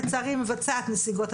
לצערי היא מבצעת נסיגות,